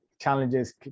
challenges